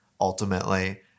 ultimately